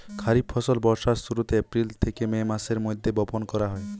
খরিফ ফসল বর্ষার শুরুতে, এপ্রিল থেকে মে মাসের মধ্যে বপন করা হয়